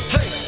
Hey